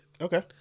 Okay